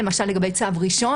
למשל לגבי צו ראשון,